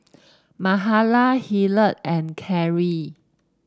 Mahala Hillard and Carry